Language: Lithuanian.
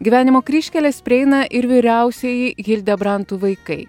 gyvenimo kryžkeles prieina ir vyriausieji hildebrantų vaikai